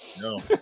No